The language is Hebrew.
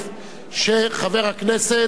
שחבר הכנסת שאול מופז